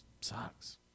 sucks